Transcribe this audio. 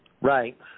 Right